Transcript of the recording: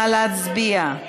נא להצביע.